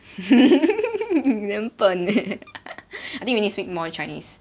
你很笨 eh I think we need speak more chinese